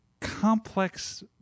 complex